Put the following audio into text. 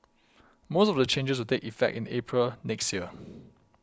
most of the changes will take effect in April next year